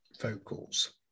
vocals